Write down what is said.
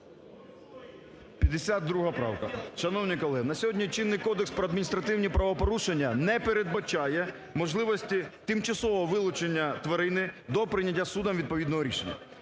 52 правка. Шановні колеги, на сьогодні чинний Кодекс про адміністративні правопорушення не передбачає можливості тимчасового вилучення тварини до прийняття судом відповідного рішення.